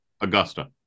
Augusta